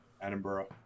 Edinburgh